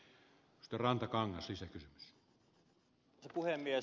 arvoisa puhemies